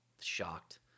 shocked